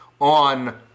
on